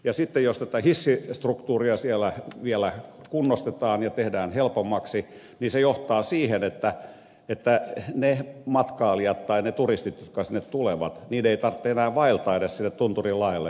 sitten jos tätä hissistruktuuria siellä vielä kunnostetaan ja tehdään helpommaksi niin se johtaa siihen että niiden matkailijoiden tai turistien jotka sinne tulevat ei tarvitse enää vaeltaa edes sinne tunturin laelle